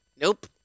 Nope